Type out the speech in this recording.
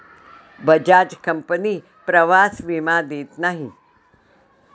Bajaj company प्रवास विमा देत नाही